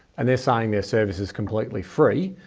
and they're saying their services completely free,